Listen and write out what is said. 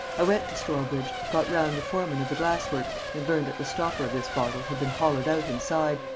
i went to stourbridge, got round the foreman of the glass-works and learnt that the stopper of this bottle had been hollowed out inside,